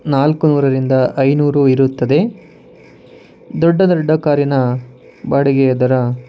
ನಾಲ್ಕು ನೂರರಿಂದ ಐದುನೂರು ಇರುತ್ತದೆ ದೊಡ್ಡ ದೊಡ್ಡ ಕಾರಿನ ಬಾಡಿಗೆಯ ದರ